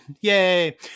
yay